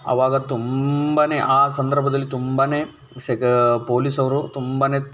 ಅವಾಗ ತುಂಬ ಆ ಸಂದರ್ಭದಲ್ಲಿ ತುಂಬ ಸೆಕ ಪೊಲೀಸವರು ತುಂಬ